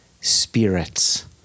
spirits